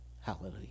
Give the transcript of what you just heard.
Hallelujah